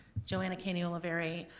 joanna caney-oliveri,